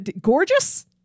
Gorgeous